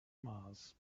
mars